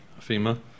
FEMA